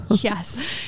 Yes